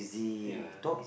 ya